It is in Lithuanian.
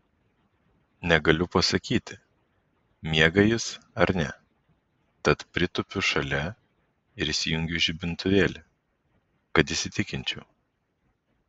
negaliu pasakyti miega jis ar ne tad pritūpiu šalia ir įsijungiu žibintuvėlį kad įsitikinčiau